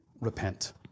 repent